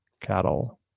cattle